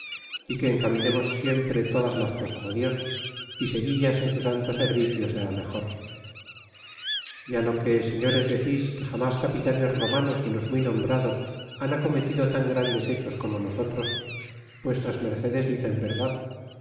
y que encaminemos siempre todas las cosas á dios y seguillas en su santo servicio será mejor y á lo que señores decis que jamas capitanes romanos de los muy nombrados han acometido tan grandes hechos como nosotros vuestras mercedes dicen verdad